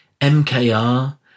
MKR